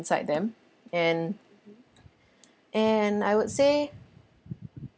inside them and and I would say